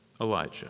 Elijah